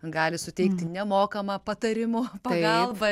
gali suteikti nemokamą patarimo pagalbą